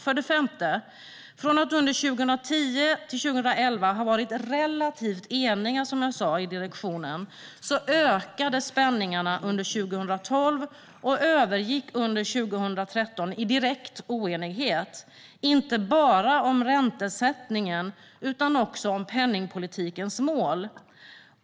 För det femte: Från att man under 2010-2011 hade varit relativt enig i direktionen ökade spänningarna under 2012, och de övergick under 2013 i direkt oenighet, inte bara om räntesättningen utan också om penningpolitikens mål.